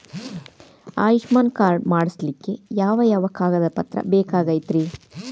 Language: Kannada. ಆಯುಷ್ಮಾನ್ ಕಾರ್ಡ್ ಮಾಡ್ಸ್ಲಿಕ್ಕೆ ಯಾವ ಯಾವ ಕಾಗದ ಪತ್ರ ಬೇಕಾಗತೈತ್ರಿ?